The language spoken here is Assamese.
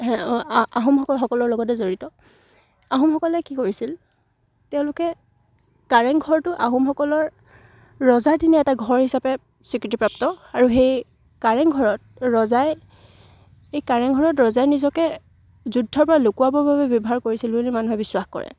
আহোমসকলসকলৰ লগতে জড়িত আহোমসকলে কি কৰিছিল তেওঁলোকে কাৰেংঘৰটো আহোমসকলৰ ৰজাৰ দিনীয়া এটা ঘৰ হিচাপে স্বীকৃতিপ্ৰাপ্ত আৰু সেই কাৰেংঘৰত ৰজাই এই কাৰেংঘৰত ৰজাই নিজকে যুদ্ধৰ পৰা লুকুৱাবৰ বাবে ব্যৱহাৰ কৰিছিল বুলি মানুহে বিশ্বাস কৰে